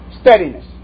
Steadiness